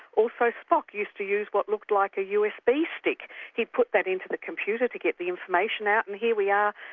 also spock used to use what looked like a usb stick he put that into the computer to get the information out and here we are,